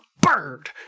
bird